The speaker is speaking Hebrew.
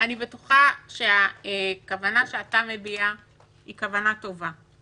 אני בטוחה שהכוונה שאתה מביע היא כוונה טובה,